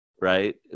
right